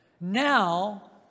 now